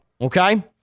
Okay